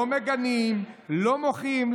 לא מגנים, לא מוחים.